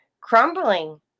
crumbling